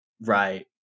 right